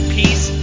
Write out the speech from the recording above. peace